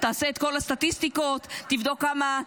תעשה את כל הסטטיסטיקות, תבדוק כמה.